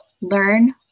learn